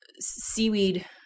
seaweed